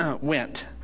went